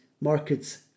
markets